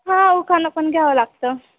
हां उखाणा पण घ्यावं लागतं